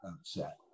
upset